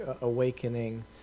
awakening